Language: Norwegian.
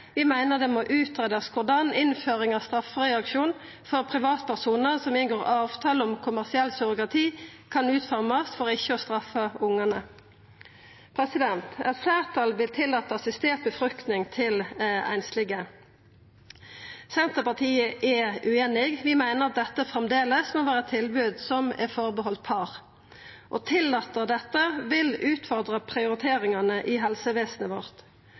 Vi meiner det må utgreiast korleis innføring av straffereaksjon for privatpersonar som inngår avtale om kommersiell surrogati, kan utformast for ikkje å straffa barna. Eit fleirtal vil tillata assistert befruktning til einslege. Senterpartiet er ueinig. Vi meiner at dette framleis må vera eit tilbod som skal vera for par. Å tillata dette vil utfordra prioriteringane i helsevesenet vårt.